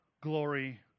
glory